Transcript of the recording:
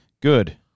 Good